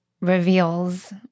reveals